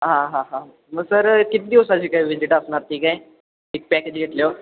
हां हां हां मग सर किती दिवसाची काय व्हिजिट असणार ती काय एक पॅकेज घेतल्यावर